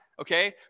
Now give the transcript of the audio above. okay